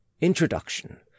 Introduction